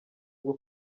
bwo